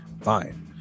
fine